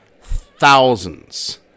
thousands